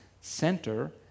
center